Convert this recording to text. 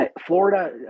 Florida